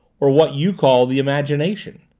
or what you call the imagination?